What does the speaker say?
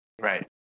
Right